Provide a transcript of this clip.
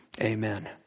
Amen